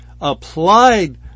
applied